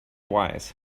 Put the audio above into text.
wise